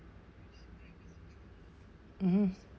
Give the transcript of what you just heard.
mmhmm